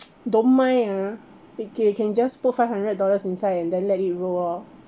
don't mind ah they can just put five hundred dollars inside and then let it roll lor